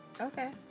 Okay